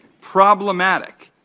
problematic